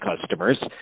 customers